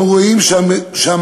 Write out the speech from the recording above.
אנו רואים שהמטרה